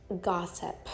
gossip